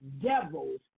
devils